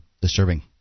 Disturbing